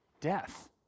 death